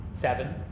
Seven